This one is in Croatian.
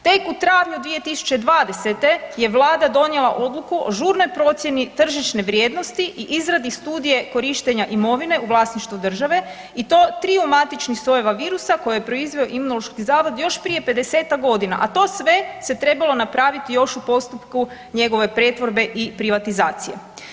Tek u travnju 2020. je Vlada donijela odluku o žurnoj procjeni tržišne vrijednosti i izradi studije korištenja imovine u vlasništvu države i to triju matičnih sojeva virusa koje je proizveo Imunološki zavod još prije 50-tak godina, a to sve se trebalo napraviti još u postupku njegove pretvorbe i privatizacije.